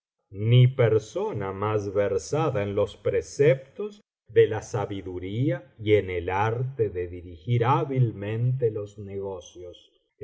ni persona más versada en los preceptos de la sabiduría y en el arte de dirigir hábilmente los negocios